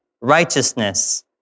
righteousness